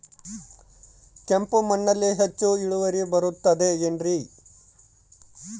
ಕೆಂಪು ಮಣ್ಣಲ್ಲಿ ಹೆಚ್ಚು ಇಳುವರಿ ಬರುತ್ತದೆ ಏನ್ರಿ?